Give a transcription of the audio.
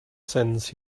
sense